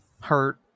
hurt